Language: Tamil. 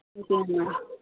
ம் சரிம்மா